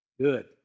Good